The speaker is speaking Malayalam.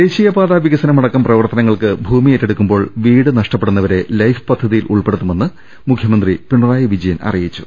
ദേശീയപാതാ വികസനമടക്കം പ്രവർത്തനങ്ങൾക്ക് ഭൂമി ഏറ്റെ ടുക്കുമ്പോൾ വീട് നഷ്ടപ്പെടുന്നവരെ ലൈഫ് പദ്ധതിയിൽ ഉൾപ്പെട ടുത്തുമെന്ന് മുഖ്യമന്ത്രി പിണറായി വിജയൻ അറിയിച്ചു